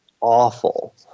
awful